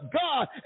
God